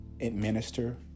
Administer